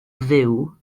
fyw